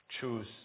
choose